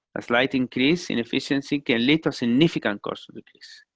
a slight increase in efficiency can lead to significant cost decrease.